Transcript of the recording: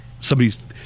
somebody's